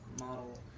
model